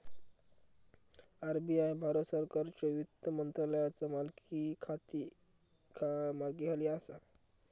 RBI Bharat सरकारच्यो वित्त मंत्रालयाचा मालकीखाली असा